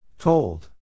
Told